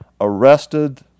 arrested